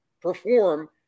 perform